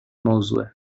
موضوعه